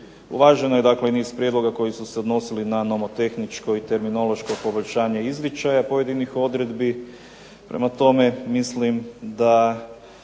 Uvaženo je dakle i niz prijedloga koji su se odnosili na nomotehničko i terminološko poboljšanje izričaja pojedinih odredbi. Prema tome, mislim da